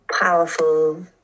powerful